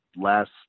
last